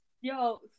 yo